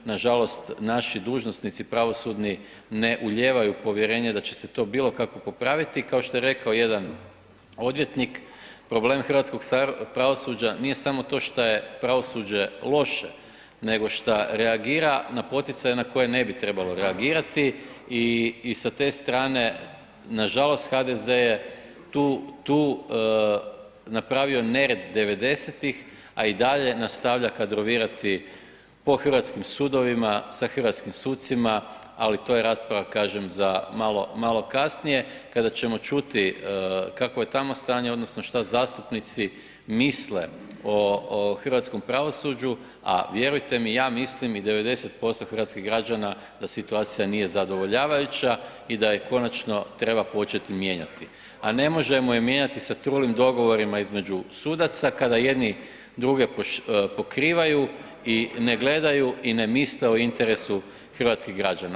Nažalost, naši dužnosnici pravosudni ne ulijevaju povjerenje da će se to bilo kako popraviti, kao što je rekao jedan odvjetnik, problem hrvatskog pravosuđa nije samo to što je pravosuđe loše nego što reagira na poticaje na koje ne bi trebalo reagirati i sa te strane nažalost, HDZ je tu napravio nered 90-ih, a i dalje nastavlja kadrovirati po hrvatskim sudovima, sa hrvatskim sucima, ali to je rasprava, kažem, za malo kasnije kada ćemo čuti kakvo je tamo stanje odnosno što zastupnici misle o hrvatskom pravosuđu, a vjerujte mi i 90% hrvatskih građana da situacija nije zadovoljavajuća i da ju konačno treba početi mijenjati, a ne možemo je mijenjati sa trulim dogovorima između sudaca, kada jednu druge pokrivaju i ne gledaju i ne misle o interesu hrvatskih građana.